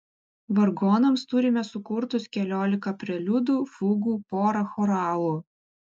vargonams turime sukurtus keliolika preliudų fugų porą choralų